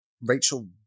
Rachel